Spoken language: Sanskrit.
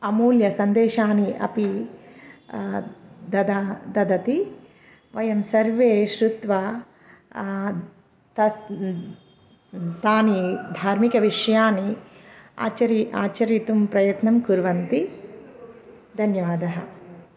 अमूल्यसन्देशाः अपि ददा ददति वयं सर्वे श्रुत्वा तस् तानि धार्मिकविषयाः आचरितुम् आचरितुं प्रयत्नं कुर्वन्ति धन्यवादः